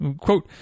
Quote